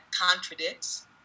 contradicts